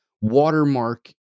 watermark